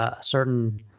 certain